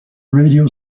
radio